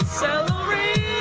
celery